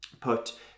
put